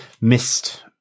missed